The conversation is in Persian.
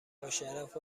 باشرف